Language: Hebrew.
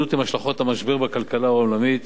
ולהתמודדות עם השלכות המשבר בכלכלה העולמית